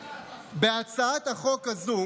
בהצעה החוק הזו